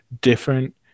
different